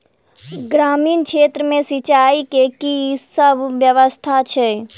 ग्रामीण क्षेत्र मे सिंचाई केँ की सब व्यवस्था छै?